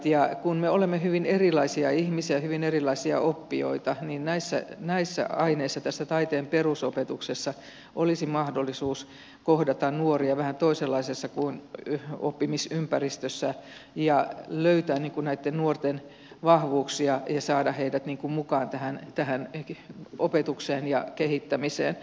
ja kun me olemme hyvin erilaisia ihmisiä hyvin erilaisia oppijoita niin näissä aineissa taiteen perusopetuksessa olisi mahdollisuus kohdata nuoria vähän toisenlaisessa oppimisympäristössä ja löytää nuorten vahvuuksia ja saada heidät mukaan opetukseen ja kehittämiseen